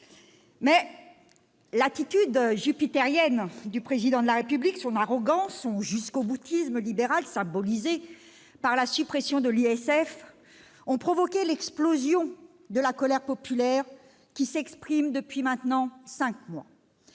Mais l'attitude jupitérienne du Président de la République, son arrogance et son jusqu'au-boutisme libéral, symbolisé par la suppression de l'ISF, ont provoqué l'explosion de la colère populaire qui s'exprime depuis maintenant cinq mois.